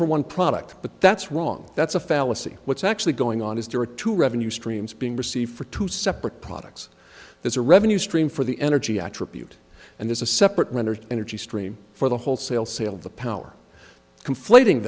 for one product but that's wrong that's a fallacy what's actually going on is dura two revenue streams being received for two separate products there's a revenue stream for the energy attribute and there's a separate rendered energy stream for the wholesale sales the power conflating